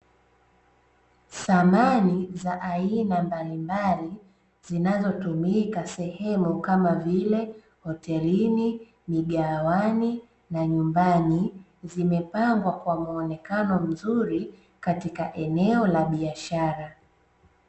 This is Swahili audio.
Samani za aina mbalimbali zinazotumika sehemu kama vile hotelini, migahawani na nyumbani zimepangwa kwa muonekano mzuri katika eneo la biashara.